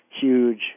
huge